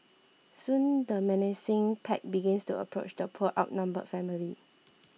soon the menacing pack began to approach the poor outnumbered family